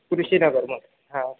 कृषीनगरमध्ये हा